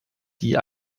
die